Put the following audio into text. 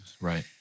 Right